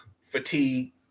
fatigue